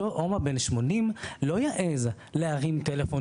אותו ההומו בן ה-80 לא יעז להרים טלפון